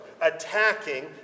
attacking